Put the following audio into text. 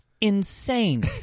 insane